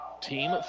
Team